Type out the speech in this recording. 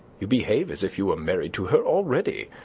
you behave as if you were married to her already.